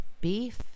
beef